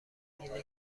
اینه